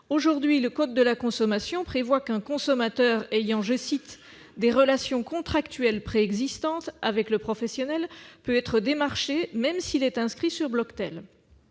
Aujourd'hui, le code de la consommation prévoit qu'un consommateur ayant « des relations contractuelles préexistantes » avec le professionnel peut être démarché, même s'il est inscrit sur la